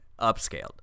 upscaled